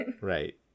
right